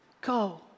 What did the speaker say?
go